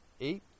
eight